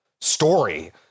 story